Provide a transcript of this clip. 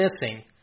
missing